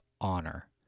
honor